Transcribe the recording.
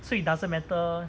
so it doesn't matter